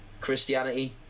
Christianity